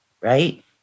right